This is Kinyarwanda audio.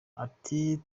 ati